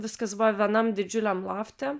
viskas buvo vienam didžiuliam lofte